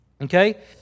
Okay